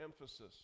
emphasis